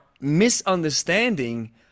misunderstanding